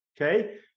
okay